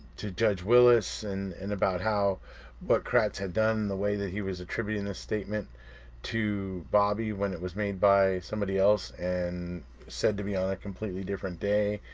to judge willis and and about how what kratz had done and the way that he was attributing this statement to bobby when it was made by somebody else and said to be on a completely different day.